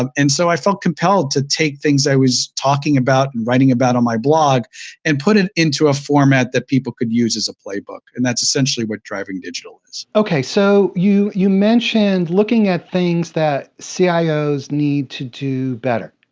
um and so, i felt compelled to take things i was talking about and writing about on my blog and put it into a format that people could use as a playbook. and that's essentially what driving digital is. okay, so you you mentioned looking at things that cios need to do better.